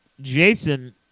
Jason